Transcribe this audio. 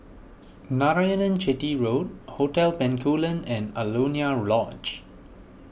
Narayanan Chetty Road Hotel Bencoolen and Alaunia Lodge